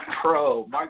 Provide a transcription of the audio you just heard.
pro